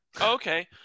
Okay